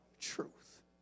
truth